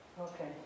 Okay